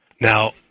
Now